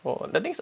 oh the thing is